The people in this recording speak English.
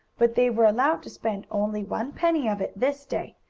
but they were allowed to spend only one penny of it this day,